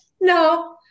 No